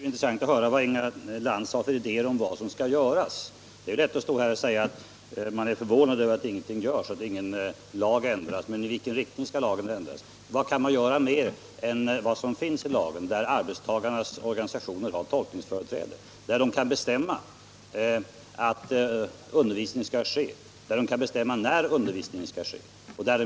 Herr talman! Det vore intressant att höra vad Inga Lantz har för idéer om vad som skall göras. Det är ju lätt att stå här och säga att man är förvånad över att ingenting görs och att ingen lag ändras. Men i vilken riktning skall lagen ändras? Vad kan man göra mer än vad som står i lagen? Arbetstagarnas organisationer har tolkningsföreträde, de kan bestämma att undervisning skall ske och de kan bestämma när undervisning skall ske.